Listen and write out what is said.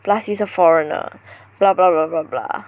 plus he's a foreigner blah blah blah blah blah